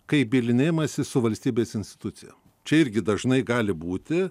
kai bylinėjimąsi su valstybės institucija čia irgi dažnai gali būti